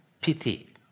pity